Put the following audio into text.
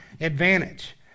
advantage